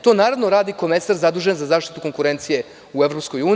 To naravno radi komesar zadužen za zaštitu konkurencije u EU.